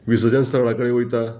विसर्जान स्थळा कडेन वयता